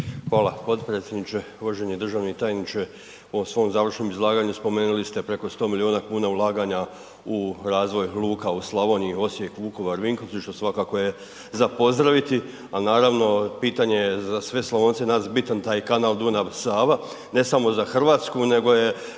Hvala potpredsjedniče. Uvaženi državni tajniče u svom završnom izlaganju spomenuli ste preko 100 miliona kuna ulaganja u razvoj luka u Slavoniji, Osijek, Vukovar, Vinkovci što svakako je za pozdraviti, a naravno pitanje je za sve Slavonce nas bitan taj kanal Dunav-Sava, ne samo za Hrvatsku nego je